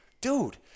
dude